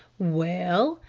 well,